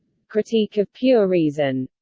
critique of pure reason.